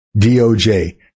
DOJ